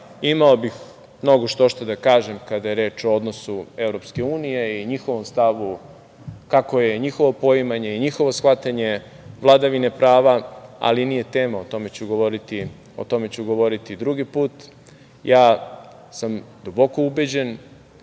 Imao bih mnogo što šta da kažem kada je reč o odnosu EU i njihovom stavu kakvo je njihovo poimanje i njihovo shvatanje vladavine prava, ali nije tema, o tome ću govoriti drugi put. Duboko sam ubeđen